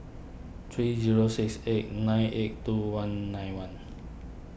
three zero six eight nine eight two one nine one